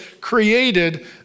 created